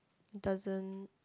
doesn't